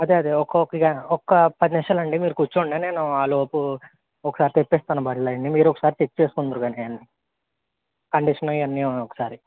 అదే అదే ఒక ఒక్క పది నిమిషాలండి మీరు కూర్చోండి నేను ఆ లోపు ఒకసారి తెప్పిస్తాను బళ్ళు అవన్నీ మీరొకసారి చెక్ చేసుకుందురు కానీ కండీషను అవన్నీ ఒకసారి